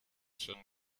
schon